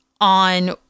on